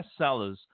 bestsellers